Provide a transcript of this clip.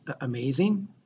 amazing